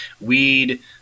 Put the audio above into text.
weed